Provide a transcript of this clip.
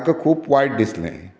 तेका खूब वायट दिसलें